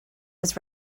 was